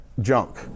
junk